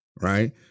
Right